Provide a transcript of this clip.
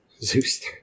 Zeus